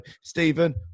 Stephen